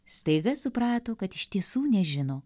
staiga suprato kad iš tiesų nežino